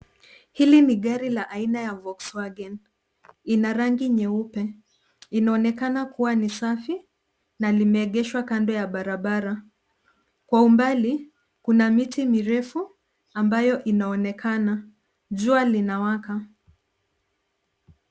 Hili ni gari la aina ya Volkswagen. Ina rangi nyeupe. Inaonekana kuwa ni safi na limeegeshwa kando ya barabara. Kwa umbali kuna miti mirefu ambayo inaonekana. Jua linawaka.